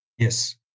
Yes